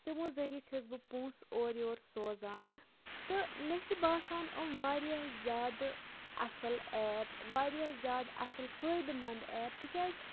تِمو ذٔریعہِ چھَس بہٕ پونٛسہٕ اورٕ یور سوزان تہٕ مےٚ چھِ باسان یِم واریاہ زیادٕ اَصٕل ایپ واریاہ زیادٕ اَصٕل فٲیدٕ منٛد ایپ تِکیٛازِ